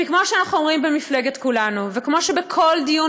כי כמו שאנחנו אומרים במפלגת כולנו וכמו שבכל דיון